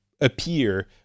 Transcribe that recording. appear